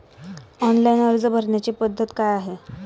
Online अर्ज भरण्याची पद्धत काय आहे?